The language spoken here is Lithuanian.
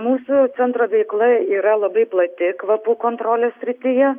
mūsų centro veikla yra labai plati kvapų kontrolės srityje